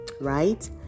right